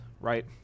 right